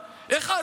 אחד,